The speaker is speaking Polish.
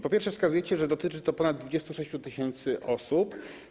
Po pierwsze, wskazujecie, że dotyczy to ponad 26 tys. osób.